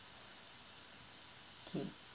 okay